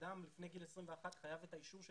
אדם לפני גיל 21 חייב את האישור של